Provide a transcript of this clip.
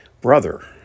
brother